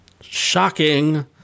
Shocking